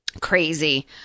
crazy